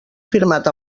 firmat